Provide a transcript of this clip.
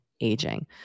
aging